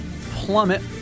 plummet